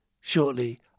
shortly